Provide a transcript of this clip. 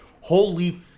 Holy